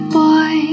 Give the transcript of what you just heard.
boy